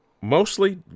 Mostly